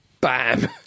bam